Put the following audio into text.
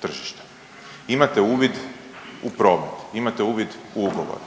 tržište, imate uvid u promet, imate uvid u ugovore.